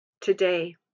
today